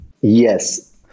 Yes